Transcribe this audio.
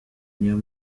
niyo